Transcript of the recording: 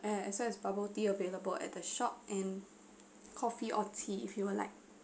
as as well as bubble tea available at the shop and coffee or tea if you would like